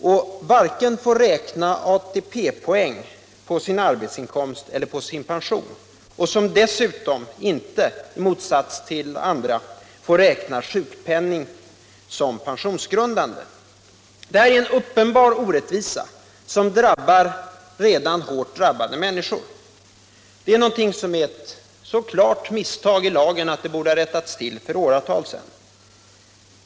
De får inte tillgodoräkna sig ATP-poäng vare sig på sin arbetsinkomst eller på sin pension, och de får heller inte som många andra räkna sjukpenningen som pensionsgrundande. Det här är en uppenbar orättvisa som belastar redan hårt drabbade människor. Ett sådant klart misstag i lagen borde ha rättats till för åratal sedan.